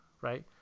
right